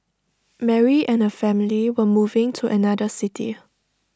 Mary and her family were moving to another city